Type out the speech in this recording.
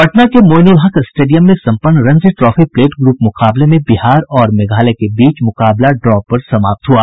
पटना के मोईनुलहक स्टेडियम में सम्पन्न रणजी ट्रॉफी प्लेट ग्रुप मुकाबले में बिहार और मेघालय के बीच मुकाबला ड्रॉ पर समाप्त हुआ